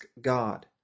God